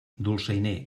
dolçainer